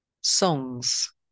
songs